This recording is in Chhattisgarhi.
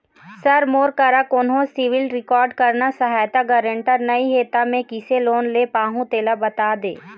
सर मोर करा कोन्हो सिविल रिकॉर्ड करना सहायता गारंटर नई हे ता मे किसे लोन ले पाहुं तेला बता दे